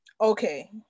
okay